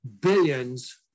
billions